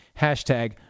Hashtag